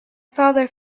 father